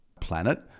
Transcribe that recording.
planet